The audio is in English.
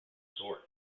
resort